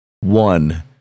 one